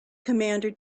commander